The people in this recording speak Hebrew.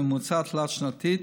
ממוצע תלת-שנתי,